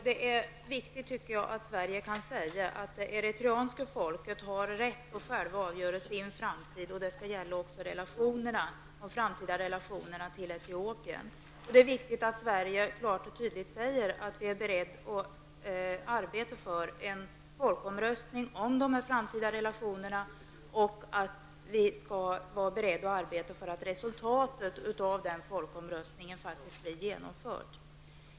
Det är också viktigt att Sverige kan säga att det eritreanska folket har rätt att själv avgöra sin framtid samt att det också skall gälla de framtida relationerna till Etiopien. Det är viktigt att Sverige klart och tydligt säger att man är beredd att arbeta för en folkomröstning om de framtida relationerna och att man skall vara beredd att arbeta för att resultatet av den omröstningen faktiskt blir genomfört.